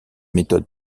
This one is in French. méthode